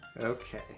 Okay